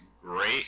great